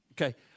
Okay